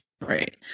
Right